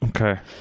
Okay